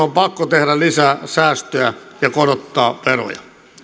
on pakko tehdä lisää säästöjä ja korottaa veroja